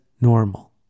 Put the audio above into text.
normal